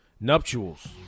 nuptials